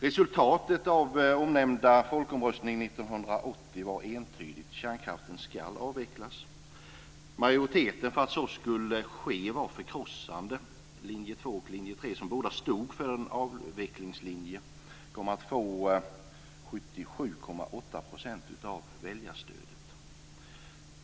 Resultatet av omnämnda folkomröstning 1980 var entydigt, kärnkraften ska avvecklas. Majoriteten för att så skulle ske var förkrossande. Linje 2 och Linje 3, som båda stod för avveckling, kom att få 77,8 % av väljarstödet.